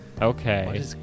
Okay